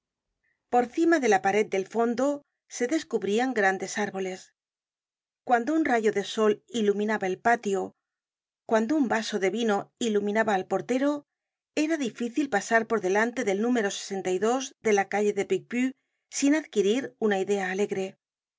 por cima de la pared del fondo se descubrían grandes árboles cuando un rayo de sol iluminaba el patio cuando un vaso de vino iluminaba al portero era difícil pasar por delante del número de la calle de picpus sin adquirir una idea alegre sin